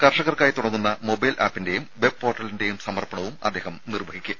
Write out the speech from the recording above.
കർഷകർക്കായി തുടങ്ങുന്ന മൊബൈൽ ആപ്പിന്റെയും വെബ് പോർട്ടലിന്റെയും സമർപ്പണവും അദ്ദേഹം നിർവഹിക്കും